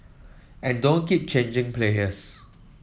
and don't keep changing players